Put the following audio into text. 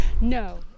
No